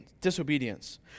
disobedience